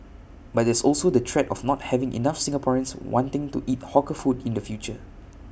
but there's also the threat of not having enough Singaporeans wanting to eat hawker food in the future